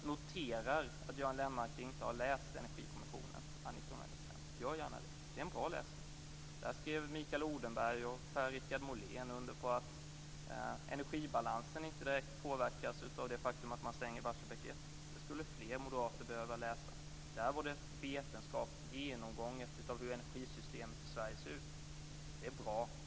Jag noterar att Göran Lennmarker inte har läst Energikommissionens rapport à la 1995. Gör gärna det. Det är en bra läsning. Där skrev Mikael Odenberg och Per-Richard Molén under på att energibalansen inte direkt påverkas av det faktum att Barsebäck 1 stängs. Detta skulle fler moderater behöva läsa. Där var det vetenskap och genomgång av hur energisystemet i Sverige ser ut. Det är bra.